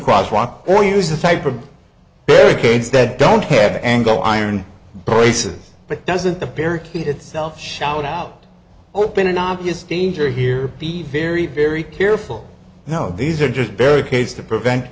crosswalk or use the type of barricades that don't have the angle iron braces but doesn't the parakeet itself shout out open in obvious danger here be very very careful now these are just barricades to prevent